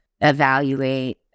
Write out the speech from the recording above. evaluate